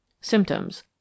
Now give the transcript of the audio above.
Symptoms